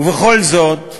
בכל זאת,